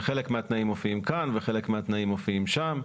שחלק מהתנאים מופיעים כאן וחלק מהתנאים מופיעים שם.